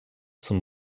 zum